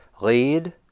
lead